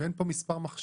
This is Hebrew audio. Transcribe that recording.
אין פה גם מספר מכשירים,